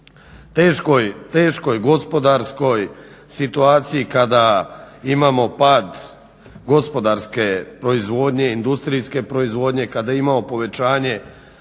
teškoj gospodarskoj situaciji kada imamo pad gospodarske proizvodnje, industrijske proizvodnje, kada imamo povećanje,